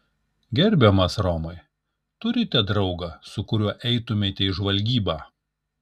gerbiamas romai turite draugą su kuriuo eitumėte į žvalgybą